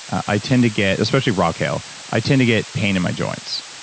i tend to get, especially raw kale i tend to get pain in my joints.